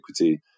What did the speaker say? equity